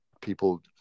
people